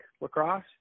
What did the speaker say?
lacrosse